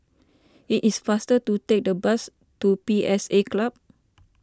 it is faster to take the bus to P S A Club